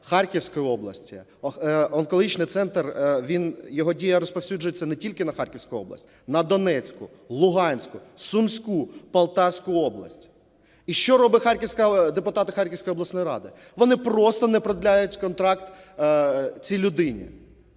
Харківської області. Онкологічний центр, його дія розповсюджується не тільки на Харківську область – на Донецьку, Луганську, Сумську, Полтавську області. І що роблять депутати Харківської обласної ради? Вони просто не продовжують контракт цій людині.